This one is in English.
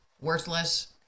worthless